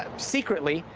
um secretly.